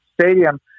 stadium